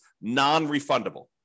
non-refundable